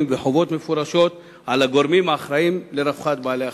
וחובות מפורשות על הגורמים האחראים לרווחת בעלי-החיים.